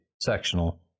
sectional